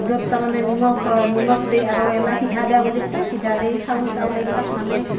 য'ত তাৰমানে নিমখ নিমখ দিয়ে আৰু এলা সিধা দিয়া বুলি কয় সিধা দেই চাউল তাউল এইবিলাক মানে